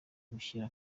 gushyira